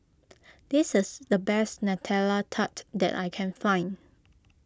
this is the best Nutella Tart that I can find